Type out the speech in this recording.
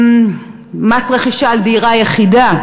מס רכישה על דירה יחידה,